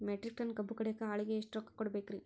Metric ton ಕಬ್ಬು ಕಡಿಯಾಕ ಆಳಿಗೆ ಎಷ್ಟ ರೊಕ್ಕ ಕೊಡಬೇಕ್ರೇ?